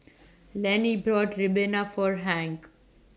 Lannie bought Ribena For Hank